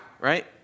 right